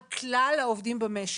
על כלל העובדים במשק.